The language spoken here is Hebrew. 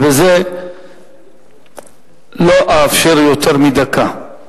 ובזה לא אאפשר יותר מדקה.